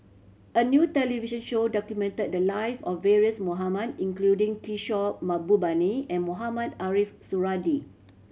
a new television show documented the live of various Mohamed including Kishore Mahbubani and Mohamed Ariff Suradi